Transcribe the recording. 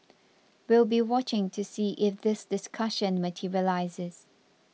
we'll be watching to see if this discussion materialises